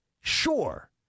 Sure